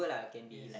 yes